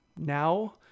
now